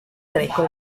greco